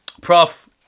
Prof